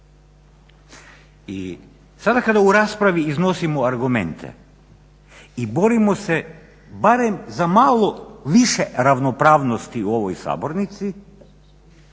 I sada kada u raspravi iznosimo argumente i borimo se barem za malo više ravnopravnosti u ovoj sabornici,